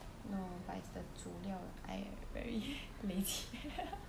no but is the 煮料 I very lazy